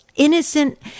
Innocent